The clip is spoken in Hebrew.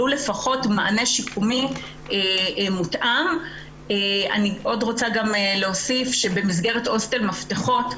אני לא אגיב לגופם של דברים כי על הרוב כבר ענו,